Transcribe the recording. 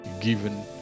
given